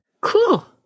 cool